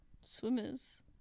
Swimmers